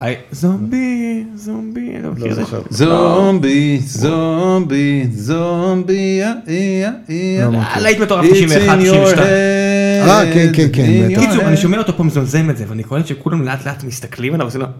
זומבי זומבי, אני לא מכיר את השיר, זומבי זומבי זומבי. היה להיט מטורף ב-91, 92. איטס אין יור הד, אין יור הד, כן כן כן. קיצור אני שומע אותו פה מזמזם את זה ואני קורא לך שכולם לאט לאט מסתכלים עליו.